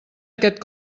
aquest